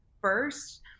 first